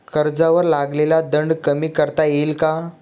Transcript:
कर्जावर लागलेला दंड कमी करता येईल का?